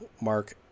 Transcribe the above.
Mark